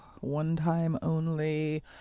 one-time-only